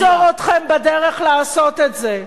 ואנחנו נעצור אתכם בדרך לעשות את זה.